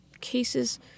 cases